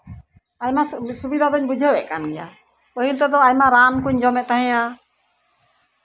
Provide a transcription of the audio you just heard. ᱟᱭᱢᱟ ᱥᱩᱵᱤᱫᱟ ᱫᱚᱧ ᱵᱩᱡᱷᱟᱹᱣᱮᱫ ᱠᱟᱱ ᱜᱮᱭᱟ ᱯᱟᱹᱦᱤᱞ ᱛᱮᱫᱚ ᱟᱭᱢᱟ ᱨᱟᱱ ᱠᱩᱧ ᱡᱚᱢᱮᱫ ᱠᱟᱱ ᱛᱟᱦᱮᱸᱜᱼᱟ